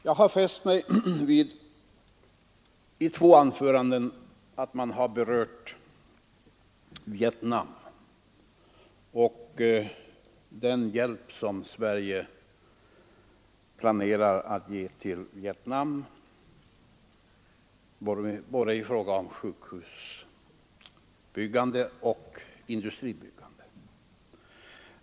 Jag har fäst mig vid att man i två anföranden har berört Vietnam och den hjälp som Sverige planerar att ge till Vietnam i fråga om sjukhusbyggande och industribyggande.